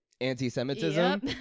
Anti-Semitism